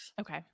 Okay